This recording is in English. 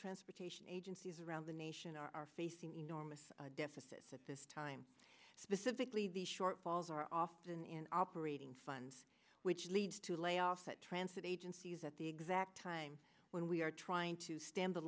transportation agencies around the nation are facing enormous deficits at this time specifically the shortfalls are often in operating funds which leads to layoffs that transit agencies at the exact time when we are trying to stem the